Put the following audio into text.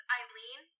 Eileen